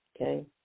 okay